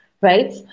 right